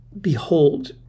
Behold